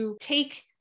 take